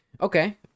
okay